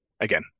again